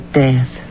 death